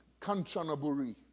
Kanchanaburi